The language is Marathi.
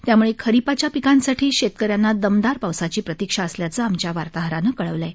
त्यामुळे खरीपाच्या पिकांसाठी शेतकऱ्यांना दमदार पावसाची प्रतीक्षा असल्याचं आमच्या वार्ताहरानं कळवलं आहे